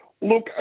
Look